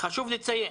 חשוב לציין